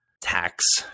tax